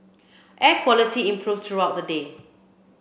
air quality improved throughout the day